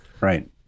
right